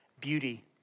beauty